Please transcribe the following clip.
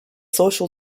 social